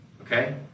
okay